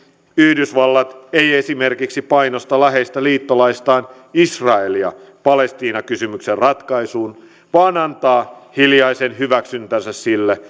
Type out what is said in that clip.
yhdysvallat ei esimerkiksi painosta läheistä liittolaistaan israelia palestiina kysymyksen ratkaisuun vaan antaa hiljaisen hyväksyntänsä sille